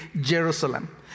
Jerusalem